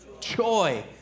Joy